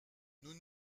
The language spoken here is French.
nous